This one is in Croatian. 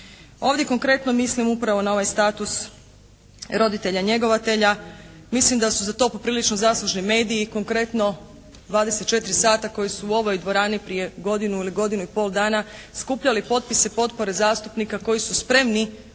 Ovdje konkretno mislim upravo na ovaj status roditelja njegovatelja. Mislim da su za to poprilično zaslužni mediji konkretno "24 sata" koji su u ovoj dvorani prije godinu ili godinu i pol dana skupljali potpise potpore zastupnika koji su spremni